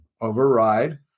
override